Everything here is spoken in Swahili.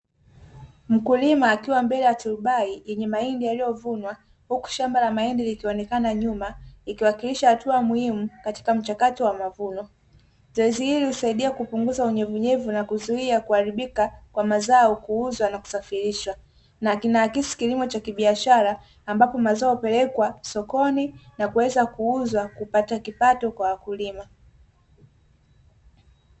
Mkulima akiwa mbele ya turubai lenye mahindi yaliyovunwa huku shamba la mahindi likionekana kwa nyuma likiwakilisha hatua muhimu katika mchakato wa mavuno ili kupunguza unyevunyevu na kuzuia kuharibika kwa mazao kuuza na kusafirishwa, ina akisi kilimo cha kibiashara ambapo mazao hupelekwa sokoni na kuweza kuuzwa na kupata kipato kwa wakulima.